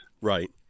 Right